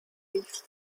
leafed